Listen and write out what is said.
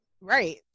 Right